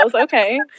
Okay